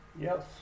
yes